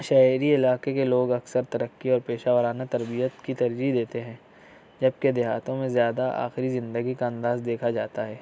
شہری علاقہ کے لوگ اکثر ترقی اور پیشہ ورانہ تربیت کی ترجیح دیتے ہیں جبکہ دیہاتوں میں زیادہ آخری زندگی کا انداز دیکھا جاتا ہے